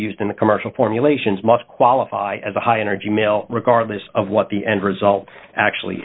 used in the commercial formulations must qualify as a high energy mill regardless of what the end result actually